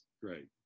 Great